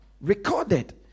Recorded